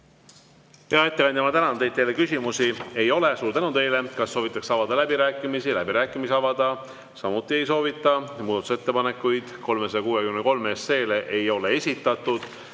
Hea ettekandja, ma tänan teid. Teile küsimusi ei ole. Suur tänu teile! Kas soovitakse avada läbirääkimisi? Läbirääkimisi avada samuti soovita. Muudatusettepanekuid 363 SE kohta ei ole esitatud.